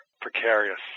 Precarious